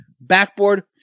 backboard